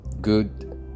good